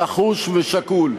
נחוש ושקול.